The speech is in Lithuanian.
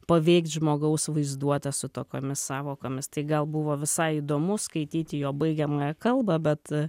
paveikt žmogaus vaizduotę su tokiomis sąvokomis tai gal buvo visai įdomu skaityti jo baigiamąją kalbą bet